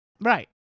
Right